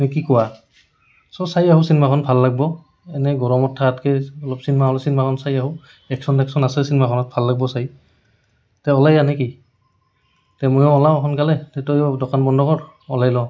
নে কি কোৱা চব চাই আহোঁ চিনেমাখন ভাল লাগব এনেই গৰমত থকাতকে অলপ চিনেমা হ'ল চিনেমাখন চাই আহোঁ একশ্যন টেকচন আছে চিনেমাখনত ভাল লাগব সোনকালে তে তই দোকান বন্ধ কৰ ওলাই লওঁ